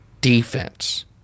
defense